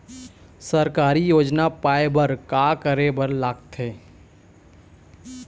सरकारी योजना पाए बर का करे बर लागथे?